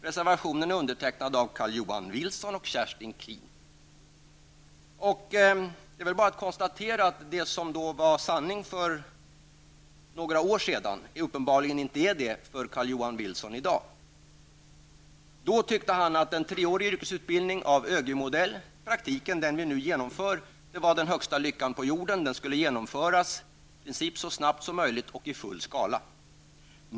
Det är bara att konstatera att det som för Carl Johan Wilson var sanning för några år sedan uppenbarligen inte är det i dag. Då tyckte han att en treårig yrkesutbildning av ÖGY-modell, i praktiken den modell som vi nu genomför, var den högsta lyckan på jorden. Den här modellen skulle genomföras i princip så snabbt som möjligt och i full skala.